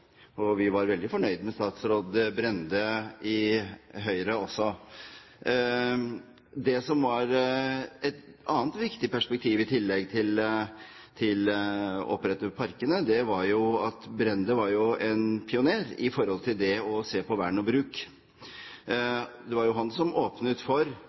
Vi var veldig fornøyd med statsråd Brende i Høyre også. Et annet viktig perspektiv, i tillegg til å opprette parkene, var jo at Børge Brende var en pioner i forhold til det å se på vern og bruk. Det var jo han som åpnet for